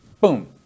boom